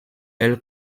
elle